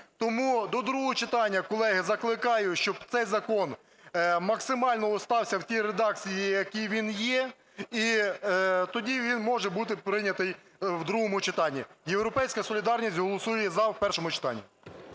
Тому до другого читання, колеги, закликаю, щоб цей закон максимально лишився в тій редакції в якій він є. І тоді він може бути прийнятий в другому читанні. "Європейська солідарність" голосує "за" в першому читанні.